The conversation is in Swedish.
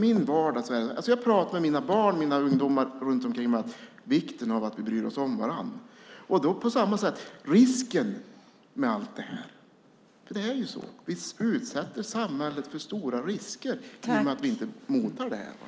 Jag pratar med mina barn och med ungdomar runt omkring mig om vikten av att vi bryr oss om varandra. Vi utsätter samhället för stora risker genom att inte mota detta.